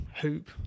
hoop